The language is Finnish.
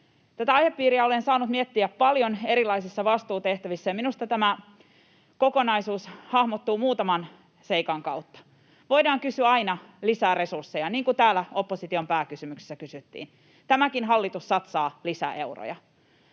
Tätä aihepiiriä olen saanut miettiä paljon erilaisissa vastuutehtävissä, ja minusta tämä kokonaisuus hahmottuu muutaman seikan kautta. Voidaan kysyä aina lisää resursseja, niin kuin täällä opposition pääkysymyksessä kysyttiin. Tämäkin hallitus satsaa lisää euroja.